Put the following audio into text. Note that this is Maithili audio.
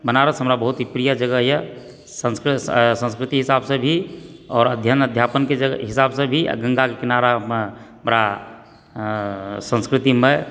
बनारस हमरा बहुत ही प्रिय जगह यऽ संस्कृति हिसाबसँ भी आओर अध्ययन अध्यापनके हिसाबसँ भी आ गङ्गाके किनारेमे बड़ा संस्कृतिमय